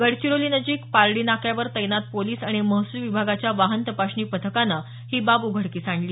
गडचिरोलीनजिक पारडी नाक्यावर तैनात पोलिस आणि महसूल विभागाच्या वाहन तपासणी पथकानं ही बाब उघडकीस आणली